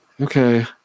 okay